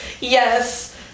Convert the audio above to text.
yes